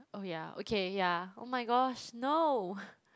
oh yeah okay yeah oh my gosh no